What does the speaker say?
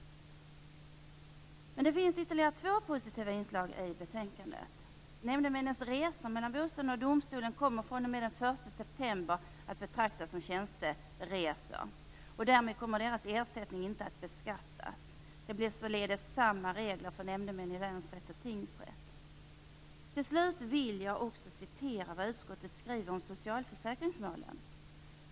Det finns ytterligare två positiva inslag i betänkandet. Nämdemännens resor mellan bostaden och domstolen kommer fr.o.m. den 1 september att betraktas som tjänsteresor. Därmed kommer deras ersättning inte att beskattas. Det blir således samma regler för nämndemän i länsrätt och tingsrätt. Till slut vill jag också peka på vad utskottet skriver om socialförsäkringsmålen.